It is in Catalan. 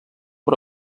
per